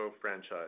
franchise